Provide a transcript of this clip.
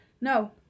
no